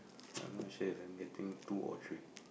I'm not sure if anything two or three